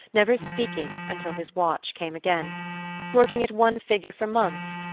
never speaking, until his watch came again working at one figure for months,